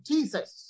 Jesus